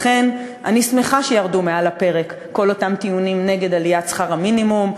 לכן אני שמחה שירדו מעל הפרק כל אותם טיעונים נגד עליית שכר המינימום,